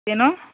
ಏನು